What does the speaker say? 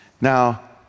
now